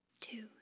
Two